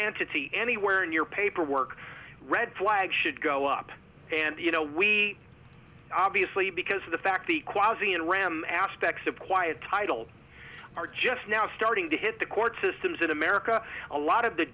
entity anywhere in your paperwork red flags should go up and you know we obviously because of the fact the quality and ram aspects of quiet title are just now starting to hit the court systems in america a lot of the